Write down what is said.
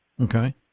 Okay